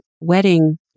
wedding